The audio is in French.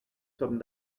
sommes